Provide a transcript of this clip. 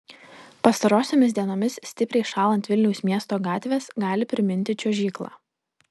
pastarosiomis dienomis stipriai šąlant vilniaus miesto gatvės gali priminti čiuožyklą